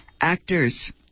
actors